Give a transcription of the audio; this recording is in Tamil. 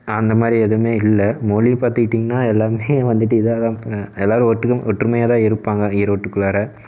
அந்த மாதிரி எதுமே இல்லை மொழி பாத்துக்கிட்டிங்கனா எல்லாமே வந்துட்டு இதாகதான் எல்லோரும் ஒட்டுக்கா ஒற்றுமையாகதான் இருப்பாங்க ஈரோட்டுக்குள்ளாற